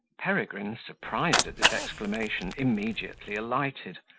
peregrine, surprised at this exclamation, immediately alighted,